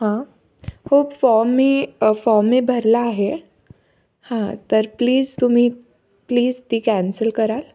हां हो फॉम मी फॉर्म मी भरला आहे हां तर प्लीज तुम्ही प्लीज ती कॅन्सल कराल